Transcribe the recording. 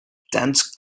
dense